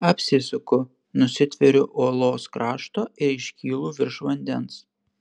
apsisuku nusitveriu uolos krašto ir iškylu virš vandens